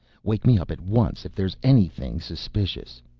wake me up at once if there's anything suspicious.